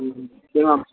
ம் சரிம்மா